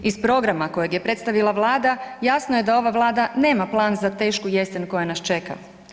Iz programa kojeg je predstavila Vlada jasno je ova Vlada nema plan za tešku jesen koja nas čeka.